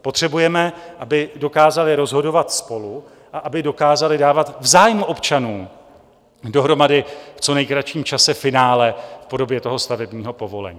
Potřebujeme, aby dokázali rozhodovat spolu a aby dokázali dávat v zájmu občanů dohromady v co nejkratším čase finále v podobě stavebního povolení.